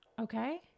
Okay